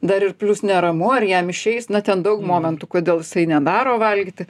dar ir plius neramu ar jam išeis na ten daug momentų kodėl jisai nedaro valgyti